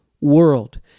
world